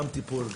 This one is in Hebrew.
גם בטיפול,